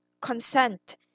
consent